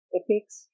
epics